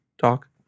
talk